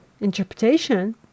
interpretation